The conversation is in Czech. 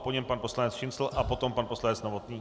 Po něm pan poslanec Šincl a potom pan poslanec Novotný.